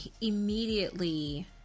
immediately